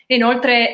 inoltre